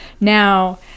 Now